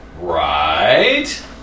Right